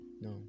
No